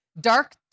dark